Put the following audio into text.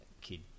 kid